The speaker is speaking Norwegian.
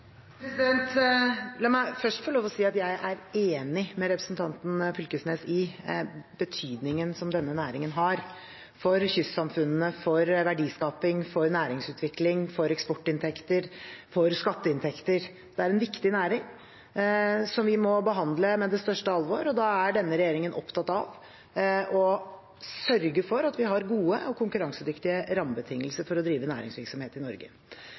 La meg først få lov til å si at jeg er enig med representanten Knag Fylkesnes når det gjelder betydningen som denne næringen har – for kystsamfunnene, for verdiskaping, for næringsutvikling, for eksportinntekter og for skatteinntekter. Det er en viktig næring, som vi må behandle med det største alvor, og denne regjeringen er opptatt av å sørge for at vi har gode og konkurransedyktige rammebetingelser for å drive næringsvirksomhet i Norge.